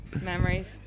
memories